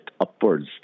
upwards